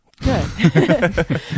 Good